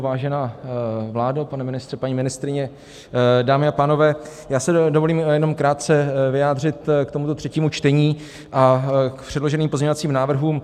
Vážená vládo, pane ministře, paní ministryně, dámy a pánové, já si dovolím jenom krátce vyjádřit k tomuto třetímu čtení a k předloženým pozměňovacím návrhům.